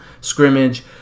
scrimmage